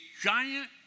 giant